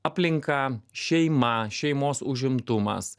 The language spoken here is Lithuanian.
aplinka šeima šeimos užimtumas